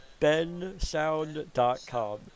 bensound.com